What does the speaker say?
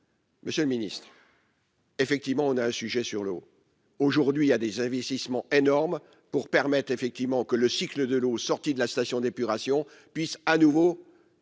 Monsieur le Ministre. Effectivement, on a un sujet sur l'eau, aujourd'hui il y a des investissements énormes pour permettre effectivement que le cycle de l'eau sortie de la station d'épuration puisse à nouveau réalimenté